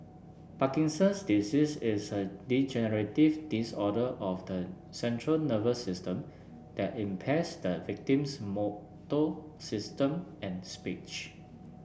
Parkinson's disease is a degenerative disorder of the central nervous system that impairs the victim's motor system and speech